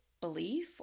belief